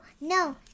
no